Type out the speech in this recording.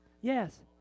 Yes